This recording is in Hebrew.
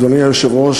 אדוני היושב-ראש,